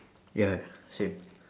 ya same